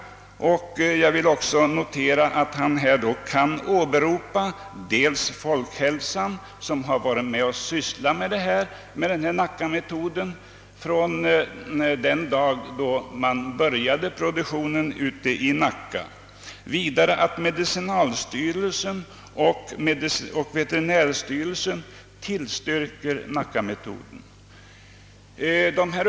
Han kan därvidlag åberopa dels folkhälsoinstitutet, som har studerat denna metod från den dag då man började produktionen i Nacka, dels medicinalstyrelsen och veterinärstyrelsen, som tillstyrker Nacka-metoden.